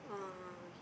oh okay okay